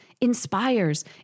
inspires